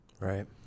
Right